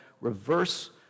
reverse